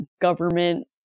government